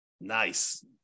Nice